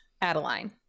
Adeline